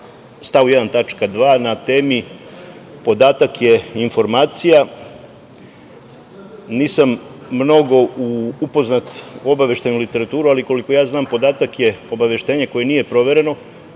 tačka 2. na temi – podatak je informacija, nisam mnogo upoznat obaveštajnom literaturom, ali koliko ja znam, podatak je obaveštenje koje nije provereno,